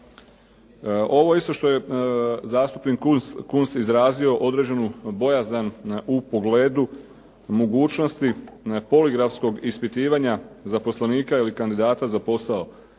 Ovo isto što je zastupnik Kunst izrazio određenu bojazan u pogledu mogućnosti poligrafskog ispitivanja zaposlenika i kandidata za posao.